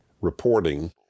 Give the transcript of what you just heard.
reporting